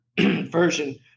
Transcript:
version